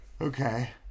Okay